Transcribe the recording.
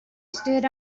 stood